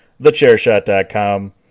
TheChairShot.com